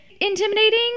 intimidating